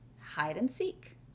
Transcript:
hide-and-seek